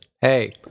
Hey